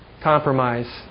compromise